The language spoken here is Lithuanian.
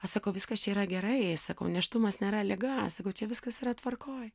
aš sakau viskas čia yra gerai sakau nėštumas nėra liga sakau čia viskas yra tvarkoj